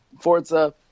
Forza